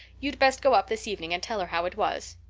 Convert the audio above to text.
you'd best go up this evening and tell her how it was.